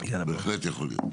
בהחלט יכול להיות.